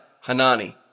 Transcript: Hanani